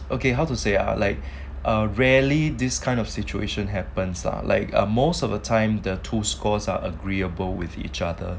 okay how to say ah like a rarely this kind of situation happens lah like ah most of the time the two scores are agreeable with each other